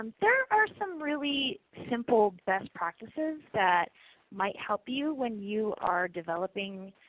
um there are some really simple best practices that might help you when you are developing,